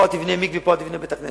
פה אל תבנה מקווה ופה אל תבנה בית-כנסת.